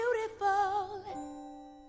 beautiful